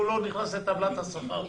הוא לא נכנס לטבלת השכר שלך.